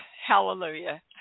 hallelujah